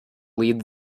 lead